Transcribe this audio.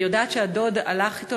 אני יודעת שהדוד הלך אתו,